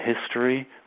history